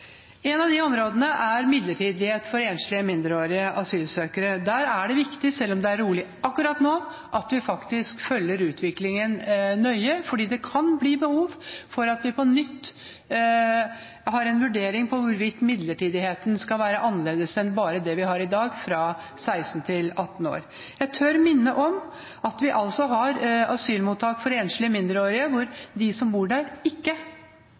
av de områdene er midlertidighet for enslige mindreårige asylsøkere. Der er det viktig, selv om det er rolig akkurat nå, at vi følger utviklingen nøye, for det kan bli behov for at vi på nytt tar en vurdering av hvorvidt midlertidigheten skal være annerledes enn det vi har i dag, fra 16 år til 18 år. Jeg tør minne om at vi har asylmottak for enslige mindreårige hvor de som bor der, ikke